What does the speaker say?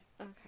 Okay